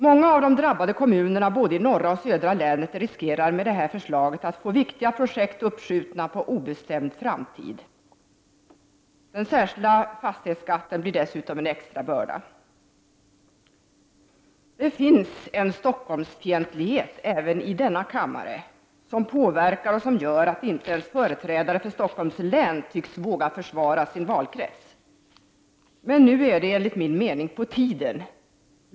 Många av de drabbade kommunerna både i norra och södra länet riskerar med det här förslaget att få viktiga projekt uppskjutna på obestämd framtid. Den särskilda fastighetsskatten blir dessutom en extra börda. Det finns en Stockholmsfientlighet även i denna kammare som gör att inte ens företrädare för Stockholms län tycks våga försvara sin valkrets. Men nu är det enligt min mening på tiden att säga något.